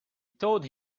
told